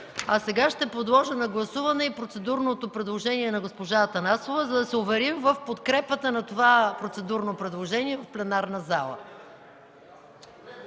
Сега ще подложа на гласуване и процедурното предложение на госпожа Атанасова, за да се уверим в подкрепата на това процедурно предложение в пленарната зала